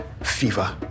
Fever